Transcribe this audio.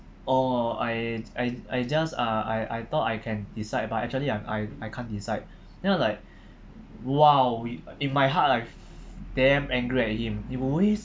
oh I I I just uh I I thought I can decide but actually I'm I I can't decide then I was like !wow! we in my heart I damn angry at him you waste